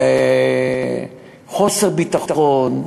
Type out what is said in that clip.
וחוסר ביטחון,